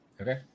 Okay